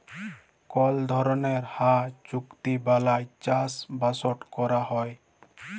call ধরলের হাঁ চুক্তি বালায় চাষবাসট ক্যরা হ্যয়